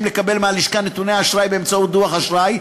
לקבל מהלשכה נתוני אשראי באמצעות דוח אשראי,